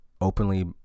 openly